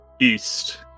east